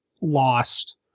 lost